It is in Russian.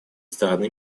стороны